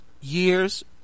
Years